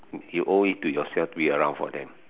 you owe it to yourself to be around for them